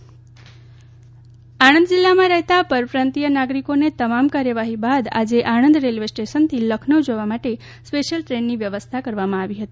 આણંદ પર પ્રાંતીય આણંદ જિલ્લામાં રહેતા પરપ્રાંતીથ નાગરિકોને તમામ કાર્યવાહી બાદ આજે આણંદ રેલવે સ્ટેશનથી લખનઉ જવા માટે સ્પેશિયલ ટ્રેનની વ્યવસ્થા કરવામાં આવી હતી